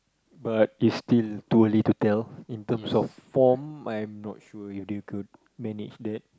but is still too early to tell in terms of form I am not sure if they could manage that